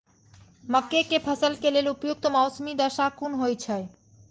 मके के फसल के लेल उपयुक्त मौसमी दशा कुन होए छै?